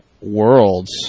worlds